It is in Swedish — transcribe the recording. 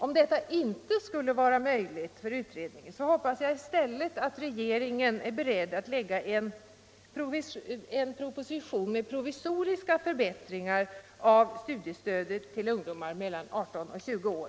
Om detta inte skulle vara möjligt för utredningen hoppas jag att regeringen i stället är beredd att lägga en proposition med provisoriska förbättringar av studiestödet till ungdomar mellan 18 och 20 år.